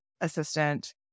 assistant